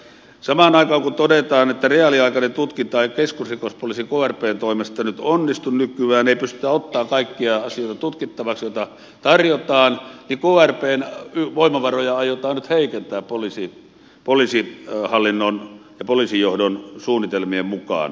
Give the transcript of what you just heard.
samaan aikaan kun todetaan että reaaliaikainen tutkinta ei keskusrikospoliisin krpn toimesta onnistu nykyään ei pystytä ottamaan kaikkia asioita tutkittavaksi joita tarjotaan krpn voimavaroja aiotaan nyt heikentää poliisihallinnon ja poliisijohdon suunnitelmien mukaan